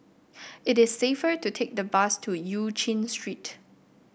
it is safer to take the bus to Eu Chin Street